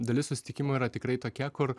dalis susitikimų yra tikrai tokia kur